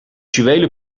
juwelen